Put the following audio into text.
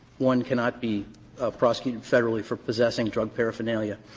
one cannot be prosecuted federally for possessing drug paraphernalia.